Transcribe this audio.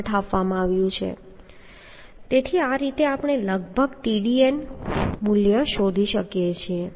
8 આપવામાં આવ્યું છે તેથી આ રીતે આપણે લગભગ Tdn મૂલ્ય શોધી શકીએ છીએ